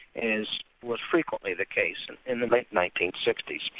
as was frequently the case and in the late nineteen sixty s.